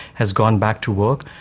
has gone back to work,